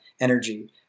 energy